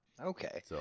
Okay